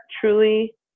truly